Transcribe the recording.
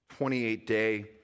28-day